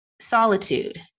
solitude